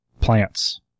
plants